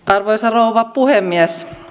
arvoisa rouva puhemies